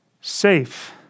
safe